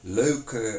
leuke